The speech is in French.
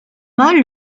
mal